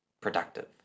productive